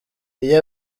iyo